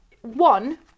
one